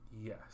Yes